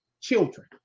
children